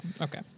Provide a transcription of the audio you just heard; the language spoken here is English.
Okay